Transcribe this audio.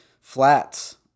flats